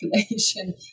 population